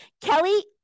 Kelly